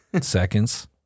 seconds